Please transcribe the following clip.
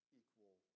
equal